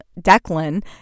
Declan